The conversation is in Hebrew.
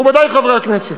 מכובדי חברי הכנסת,